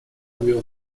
wheel